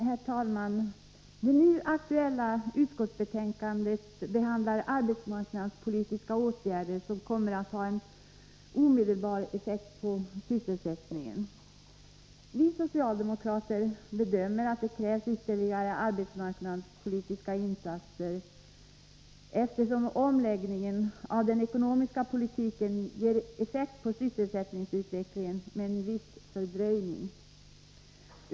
Herr talman! Det nu aktuella utskottsbetänkandet behandlar arbetsmarknadspolitiska åtgärder som kommer att ha en omedelbar effekt på sysselsättningen. Vi socialdemokrater bedömer att det krävs ytterligare arbetsmarknadspolitiska insatser, eftersom omläggningen av den ekonomiska politiken ger effekt på sysselsättningsutvecklingen med en viss fördröjning.